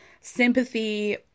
sympathy